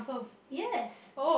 yes